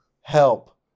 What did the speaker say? help